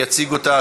יציג אותה,